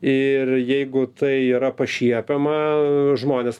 ir jeigu tai yra pašiepiama žmonės